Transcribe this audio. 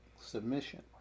submission